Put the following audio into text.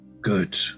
Good